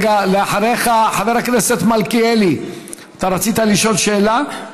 אחריך, חבר הכנסת מלכיאלי, אתה רצית לשאול שאלה?